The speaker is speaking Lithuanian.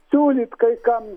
siūlyt kai kam